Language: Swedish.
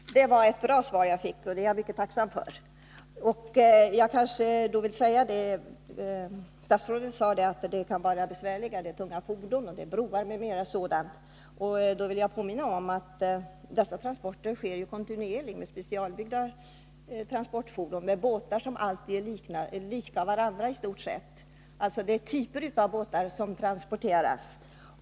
Herr talman! Det var ett bra svar jag nu fick, och det är jag mycket tacksam för. Statsrådet sade att det kan vara besvärligt med tunga fordon bl.a. med tanke på broar. Jag vill påminna om att de transporter det gäller sker kontinuerligt. med specialbyggda fordon. och att det hela tiden är i stort sett samma typer av båtar som transporteras.